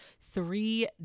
three